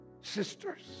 Sisters